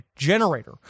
generator